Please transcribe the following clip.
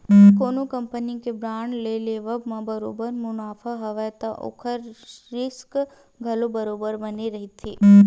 कोनो कंपनी के बांड के लेवब म बरोबर मुनाफा हवय त ओखर रिस्क घलो बरोबर बने रहिथे